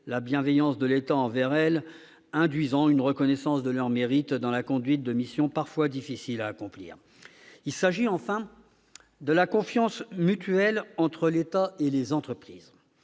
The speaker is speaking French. la bienveillance de l'État envers elles induisant une reconnaissance de leurs mérites dans la conduite de missions parfois difficiles à accomplir. Il s'agit, enfin, de la confiance mutuelle entre l'État et les entreprises.